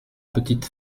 petites